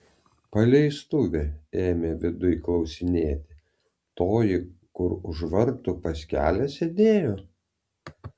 paleistuvė ėmė viduj klausinėti toji kur už vartų pas kelią sėdėjo